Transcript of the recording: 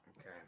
Okay